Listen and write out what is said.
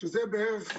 זה בערך